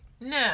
No